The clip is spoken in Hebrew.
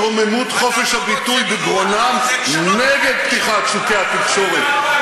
שרוממות חופש הביטוי בגרונם: נגד פתיחת שוקי התקשורת,